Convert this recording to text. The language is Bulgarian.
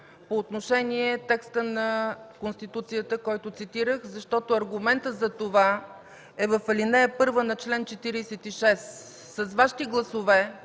по отношение текста на Конституцията, който цитирах, защото аргументът за това е в ал. 1 на чл. 46. С вашите гласове,